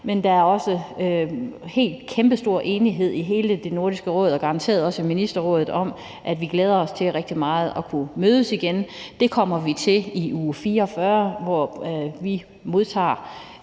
men der er også kæmpestor enighed i hele Nordisk Råd og garanteret også i Ministerrådet om, at vi glæder os rigtig meget til at kunne mødes igen. Det kommer vi til i uge 44, hvor vi modtager